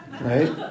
Right